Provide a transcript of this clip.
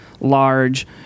large